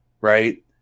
right